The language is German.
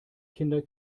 kinder